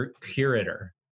curator